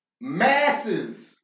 masses